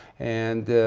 and